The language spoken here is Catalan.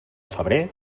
febrer